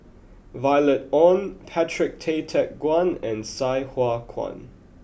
Violet Oon Patrick Tay Teck Guan and Sai Hua Kuan